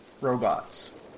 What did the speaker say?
robots